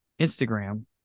Instagram